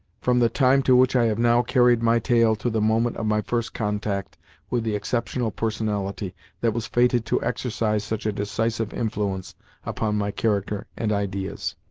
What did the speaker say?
from the time to which i have now carried my tale to the moment of my first contact with the exceptional personality that was fated to exercise such a decisive influence upon my character and ideas.